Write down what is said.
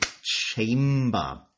chamber